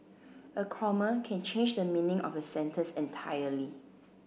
a comma can change the meaning of a sentence entirely